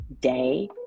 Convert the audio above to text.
day